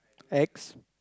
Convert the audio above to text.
X